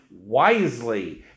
wisely